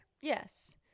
Yes